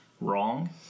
wrong